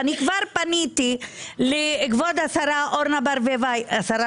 כבר פניתי לכבוד השרה לשעבר אורנה ברביבאי